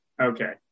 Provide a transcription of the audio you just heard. Okay